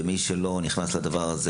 ומי שלא נכנס לדבר הזה,